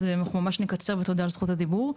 אנחנו ממש נקצר ותודה על זכות הדיבור.